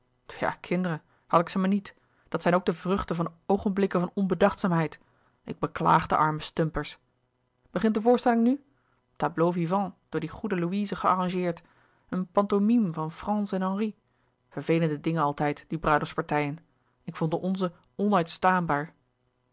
ja kinderen had ik ze maar niet dat zijn ook de vruchten van oogenblikken van onbedachtzaamheid ik beklaag de arme stumpers begint de voorstelling nu tableaux-vivants door die goeie louise gearrangeerd een pantomime van frans en henri vervelende dingen altijd die bruiloftspartijen ik vond de onze